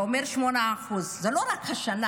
זה אומר 8%. זה לא רק השנה,